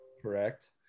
correct